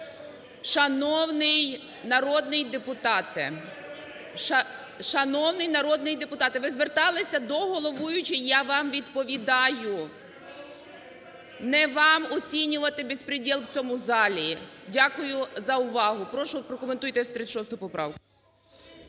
шановний народний депутате, ви зверталися до головуючої, я вам відповідаю. Не вам оцінювати безспрєдєл в цьому залі. Дякую за увагу. Прошу, прокоментуйте 36 поправку.